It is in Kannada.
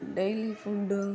daily food